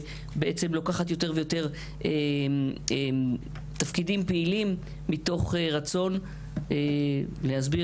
ובעצם לוקחת יותר ויותר תפקידים פעילים מתוך רצון להסביר